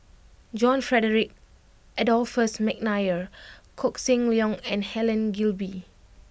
John Frederick Adolphus McNair Koh Seng Leong and Helen Gilbey